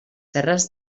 terres